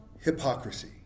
hypocrisy